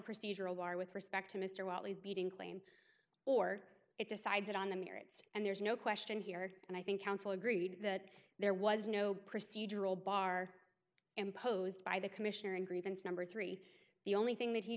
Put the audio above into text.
procedural bar with respect to mr wyly's beating claim or it decides it on the merits and there's no question here and i think counsel agreed that there was no procedural bar imposed by the commissioner in grievance number three the only thing that he